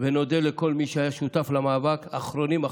ונודה לכל מי שהיה שותף למאבק קרובים.